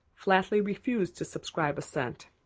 flatly refused to subscribe a cent,